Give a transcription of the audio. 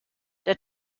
der